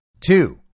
Two